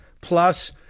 Plus